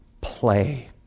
play